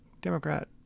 Democrat